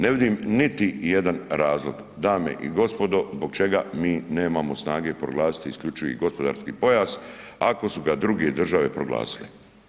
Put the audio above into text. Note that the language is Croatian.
Ne vidim niti jedan razlog dame i gospodo, zbog čega mi nemamo snage proglasiti isključivi gospodarski pojas ako su ga druge države proglasile.